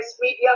media